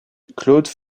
claude